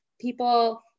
people